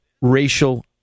racial